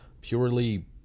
purely